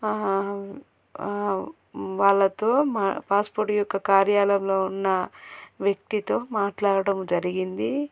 వాళ్ళతో మా పాస్పోర్ట్ యొక్క కార్యాలయంలో ఉన్న వ్యక్తితో మాట్లాడడం జరిగింది